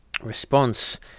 response